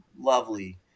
lovely